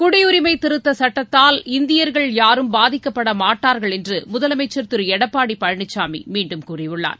குடியுரிமை திருத்த சுட்டத்தால் இந்தியர்கள் யாரும் பாதிக்கப்பட மாட்டார்கள் என்று முதலமைச்சர் திரு எடப்பாடி பழனிசாமி மீண்டும் கூறியுள்ளார்